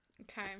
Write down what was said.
Okay